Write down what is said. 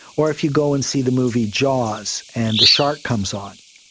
or if you go and see the movie jaws and the shark comes on,